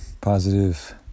positive